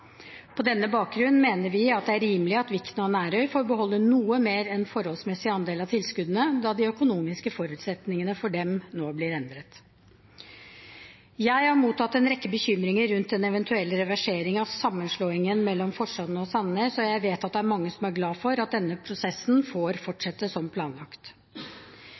På denne bakgrunn mener vi at det er rimelig at Vikna og Nærøy får beholde noe mer enn en forholdsmessig andel av tilskuddene, da de økonomiske forutsetningene for dem nå blir endret. Jeg har mottatt en rekke bekymringer rundt en eventuell reversering av sammenslåingen mellom Forsand og Sandnes, og jeg vet at det er mange som er glad for at denne prosessen får fortsette som planlagt.